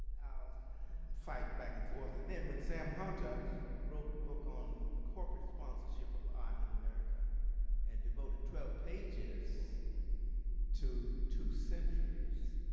our fight back and forth. and then when sam hunter wrote the book on corporate sponsorship of art in america and devoted twelve pages to two centuries,